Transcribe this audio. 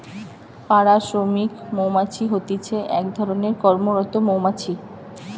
পাড়া শ্রমিক মৌমাছি হতিছে এক ধরণের কর্মরত মৌমাছি